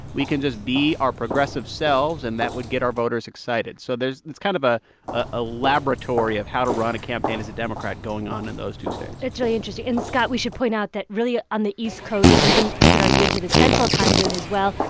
we can just be our progressive selves, and that would get our voters excited. so there's it's kind of ah ah a laboratory of how to run a campaign as a democrat going on in those two states that's really interesting. and scott, we should point out that really, on the east coast and even, you could argue, into the central time zone as well,